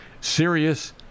serious